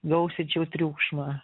gausinčiau triukšmą